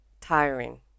tiring